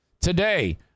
today